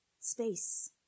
space